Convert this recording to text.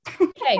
Okay